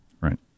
Right